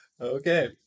okay